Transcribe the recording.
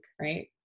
right